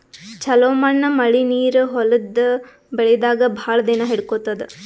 ಛಲೋ ಮಣ್ಣ್ ಮಳಿ ನೀರ್ ಹೊಲದ್ ಬೆಳಿದಾಗ್ ಭಾಳ್ ದಿನಾ ಹಿಡ್ಕೋತದ್